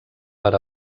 per